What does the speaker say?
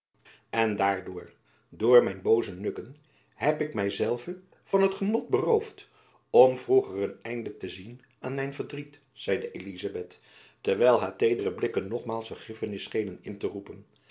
en daardoor door mijn booze nukken heb ik my zelve van het genot beroofd om vroeger een einde te zien aan mijn verdriet zeide elizabeth terwijl haar teedere blikken nogmaals vergiffenis schenen in te roepen